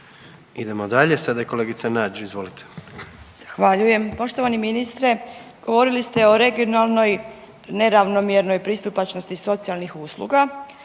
Idemo dalje, sada je kolegica Nađ, izvolite. **Nađ, Vesna (Nezavisni)** Zahvaljujem. Poštovani ministre. Govorili ste o regionalnoj neravnomjernoj pristupačnosti socijalnih usluga